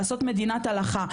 לעשות מדינת הלכה,